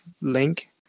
link